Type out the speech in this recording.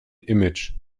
image